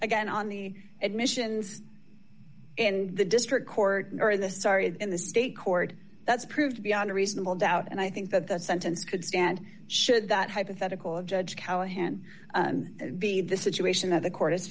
again on the admissions in the district court or the sorry in the state court that's proved beyond a reasonable doubt and i think that the sentence could stand should that hypothetical of judge callahan be the situation that the court is